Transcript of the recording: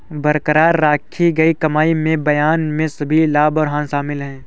बरकरार रखी गई कमाई में बयान में सभी लाभ और हानि शामिल हैं